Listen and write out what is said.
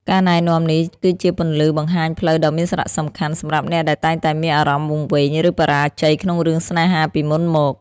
ការណែនាំនេះគឺជាពន្លឺបង្ហាញផ្លូវដ៏មានសារៈសំខាន់ សម្រាប់អ្នកដែលតែងតែមានអារម្មណ៍វង្វេង ឬបរាជ័យក្នុងរឿងស្នេហាពីមុនមក។